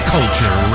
Culture